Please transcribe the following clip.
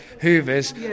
hoovers